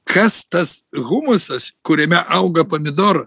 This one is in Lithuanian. kas tas humusas kuriame auga pomidoro